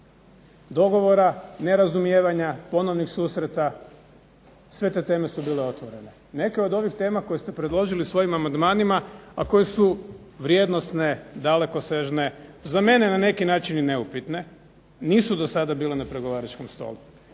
dogovora, nerazumijevanja, ponovnih susreta. Sve te teme su bile otvorene. Neke od ovih tema koje ste predložili svojim amandmanima, a koje su vrijednosne, dalekosežne, za mene na neki način i neupitne, nisu do sada bile na pregovaračkom stolu.